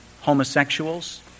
homosexuals